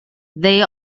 they